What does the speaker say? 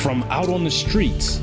from out on the streets